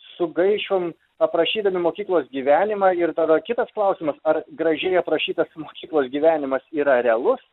sugaišom aprašydami mokyklos gyvenimą ir tada kitas klausimas ar gražiai aprašytas mokyklos gyvenimas yra realus